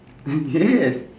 yes